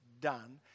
done